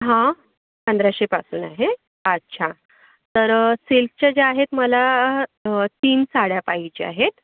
हां पंधराशेपासून आहे अच्छा तर सिल्कच्या ज्या आहेत मला तीन साड्या पाहिजे आहेत